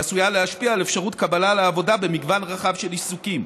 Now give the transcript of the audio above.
היא עשויה להשפיע על אפשרות קבלה לעבודה במגוון רחב של עיסוקים,